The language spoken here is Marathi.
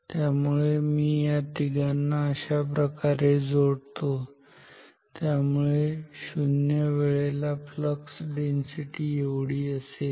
त्यामुळे मी या तिघांना अशाप्रकारे जोडतो त्यामुळे 0 वेळेला फ्लक्स डेन्सिटी एवढी असेल